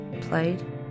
played